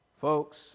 Folks